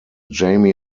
jamie